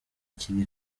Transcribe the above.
kiri